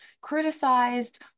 criticized